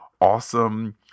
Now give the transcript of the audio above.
awesome